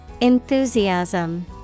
Enthusiasm